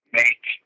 make